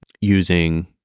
using